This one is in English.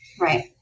Right